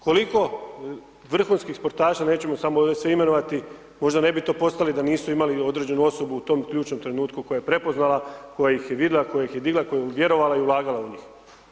Koliko vrhunskih sportaša, nećemo samo ovdje sve imenovati, možda ne bi to postali da nisu imali određenu osobu u tom ključnom trenutku koja je prepoznala, koja ih je vidjela, koja ih je digla, koja je vjerovala i ulagala u njih.